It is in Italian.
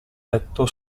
letto